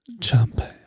Champagne